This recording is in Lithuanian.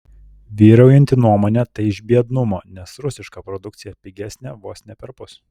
vyraujanti nuomonė tai iš biednumo nes rusiška produkcija pigesnė vos ne perpus